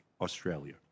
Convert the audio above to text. Australia